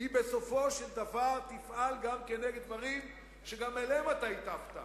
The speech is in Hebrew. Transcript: היא בסופו של דבר תפעל נגד דברים שגם אליהם הטפת,